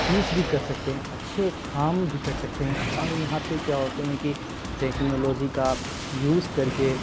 چیز بھی کر سکتے ہیں اچھے کام بھی کر سکتے ہیں اور یہاں پہ کیا ہوتے ہیں کہ ٹیکنالوجی کا یوز کر کے